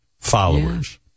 followers